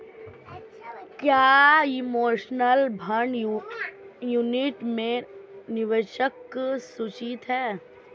क्या mutual fund unit में निवेश सुरक्षित है?